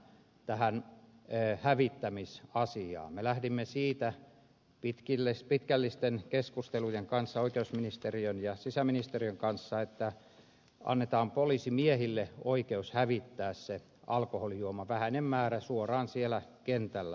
tähän ei hävitä missä asia me lähdimme siitä pitkällisten keskustelujen oikeusministeriön ja sisäministeriön kanssa että annetaan poliisimiehille oikeus hävittää se alkoholijuoma vähäinen määrä suoraan siellä kentällä